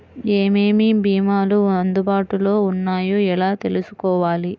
ఏమేమి భీమాలు అందుబాటులో వున్నాయో ఎలా తెలుసుకోవాలి?